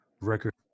record